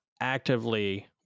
actively